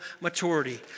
maturity